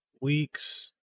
weeks